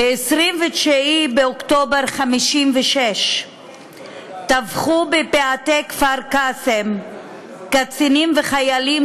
ב-29 באוקטובר 1956 טבחו קצינים וחיילים